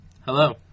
Hello